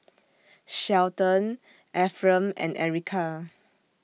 Shelton Efrem and Erika